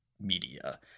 media